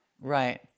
Right